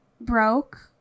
broke